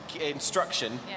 instruction